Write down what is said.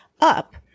up